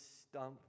stump